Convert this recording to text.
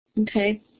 Okay